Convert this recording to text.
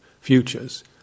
Futures